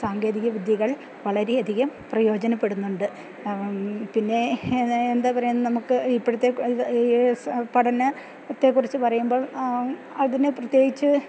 സാങ്കേതിക വിദ്യകൾ വളരെയധികം പ്രയോജനപ്പെടുന്നുണ്ട് പിന്നെ എന്ന എന്താ പറയുക നമുക്ക് ഇപ്പോഴത്തെ ഐ എ യെസ് പഠന ത്തെക്കുറിച്ച് പറയുമ്പോൾ അതിനെ പ്രത്യേകിച്ച്